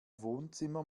wohnzimmer